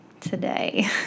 today